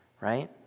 right